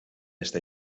esta